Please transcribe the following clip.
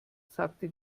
sagte